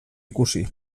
ikusi